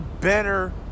better